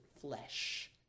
flesh